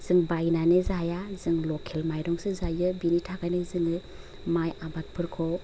जों बायनानै जाया जों लकेल माइरंसो जायो बिनि थाखायनो जोङो माय आबादफोरखौ